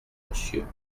monsieur